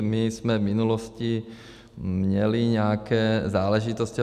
My jsme v minulosti měli nějaké záležitosti.